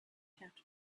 kept